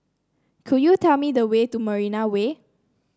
could you tell me the way to Marina Way